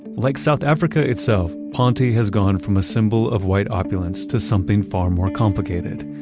like south africa itself, ponte has gone from a symbol of white opulence to something far more complicated.